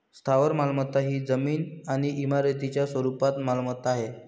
स्थावर मालमत्ता ही जमीन आणि इमारतींच्या स्वरूपात मालमत्ता आहे